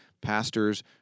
pastors